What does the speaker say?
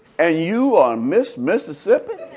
and you are miss mississippi?